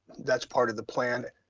that's part of the plan.